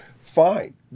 fine